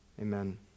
Amen